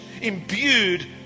imbued